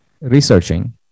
researching